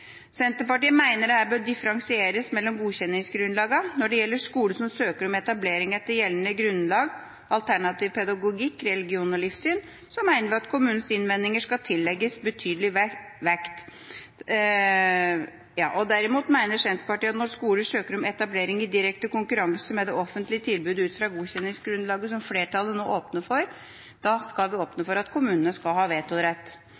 Senterpartiet mener det her bør differensieres mellom godkjenningsgrunnlagene. Når det gjelder skoler som søker om etablering etter gjeldende grunnlag – alternativ pedagogikk, religion og livssyn – mener vi at kommunens innvendinger skal tillegges betydelig vekt. Derimot mener Senterpartiet at når skoler søker om etablering i direkte konkurranse med det offentlige tilbudet ut fra det godkjenningsgrunnlaget som flertallet nå åpner for, skal vi åpne for at kommunene skal ha vetorett.